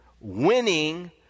Winning